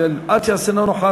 חבר הכנסת אריאל אטיאס, אינו נוכח.